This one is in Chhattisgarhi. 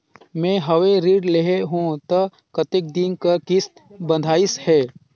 मैं हवे ऋण लेहे हों त कतेक दिन कर किस्त बंधाइस हे?